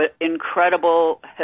incredible